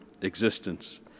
existence